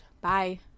Bye